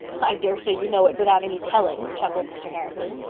i daresay you know it without any telling, chuckled mr. harrison.